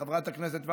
חברת הכנסת וסרמן,